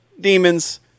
demons